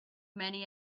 many